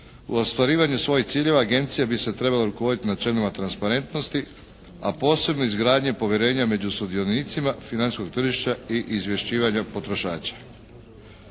U ostvarivanju svojih ciljeva agencija bi se trebala rukovoditi načelima transparentnosti a posebno izgradnja povjerenja među sudionicima financijskog tržišta i izvješćivanja potrošača.